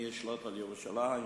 מי ישלוט על ירושלים,